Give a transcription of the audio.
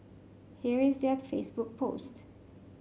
here is their Facebook post